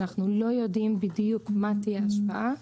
אנחנו לא יודעים בדיוק מה תהיה ההשפעה עליהם,